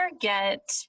get